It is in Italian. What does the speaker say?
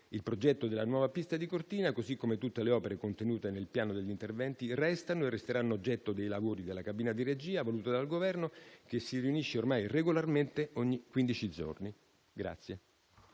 Il progetto della nuova pista di Cortina, così come tutte le opere contenute nel piano degli interventi, resta e resterà oggetto dei lavori della cabina di regia voluta dal Governo, che si riunisce ormai regolarmente ogni quindici